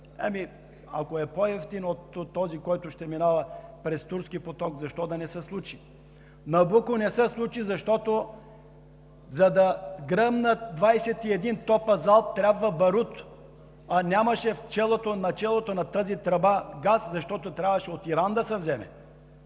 ами ако е по-евтин от този, който ще минава през „Турски поток“, защо да не се случи? „Набуко“ не се случи, защото, за да гръмнат 21 топа залп трябва барут, а нямаше на челото на тази тръба газ, защото трябваше да се вземе